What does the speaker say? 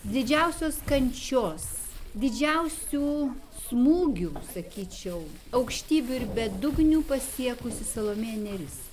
didžiausios kančios didžiausių smūgių sakyčiau aukštybių ir bedugnių pasiekusi salomėja nėris